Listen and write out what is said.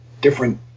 different